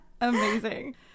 Amazing